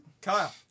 Kyle